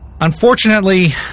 unfortunately